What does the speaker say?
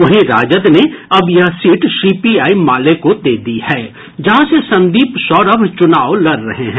वहीं राजद ने अब यह सीट सीपीआई माले को दे दी है जहां से संदीप सौरभ चुनाव लड़ रहे हैं